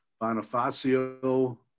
Bonifacio